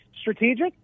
strategic